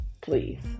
please